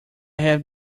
have